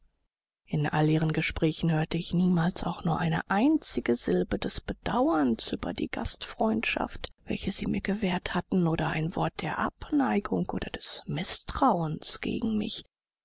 in all ihren gesprächen hörte ich niemals auch nur eine einzige silbe des bedauerns über die gastfreundschaft welche sie mir gewährt hatten oder ein wort der abneigung oder des mißtrauens gegen mich